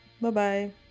Bye-bye